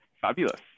fabulous